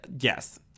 yes